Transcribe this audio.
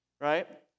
Right